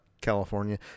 California